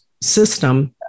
system